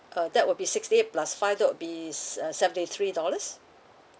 uh that will be sixty eight plus five that would be s~ uh seventy three dollars